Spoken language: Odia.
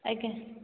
ଆଜ୍ଞା